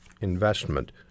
investment